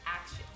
action